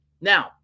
Now